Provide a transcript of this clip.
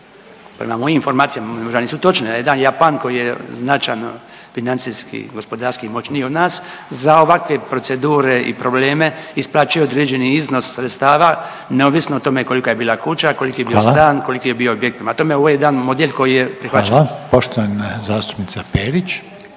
Prema mojim informacijama, možda nisu točne, jedan Japan koji je značajno financijski i gospodarski moćniji od nas za ovakve procedure i probleme isplaćuje određeni iznos sredstava neovisno o tome kolika je bila kuća…/Upadica Reiner: Hvala/…koliki je bio stan, koliki je bio objekt, prema tome ovo je jedan model koji je prihvaćen. **Reiner,